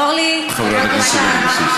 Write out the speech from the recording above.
אבל, אורלי, בבקשה.